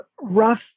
rough